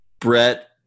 Brett